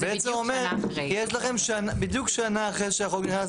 זה בעצם אומר יש לכם בדיוק שנה אחרי שהחוק נכנס